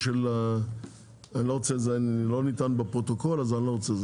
זה לא ניתן בפרוטוקול אז אני לא רוצה,